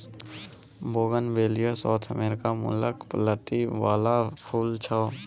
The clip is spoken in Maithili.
बोगनबेलिया साउथ अमेरिका मुलक लत्ती बला फुल छै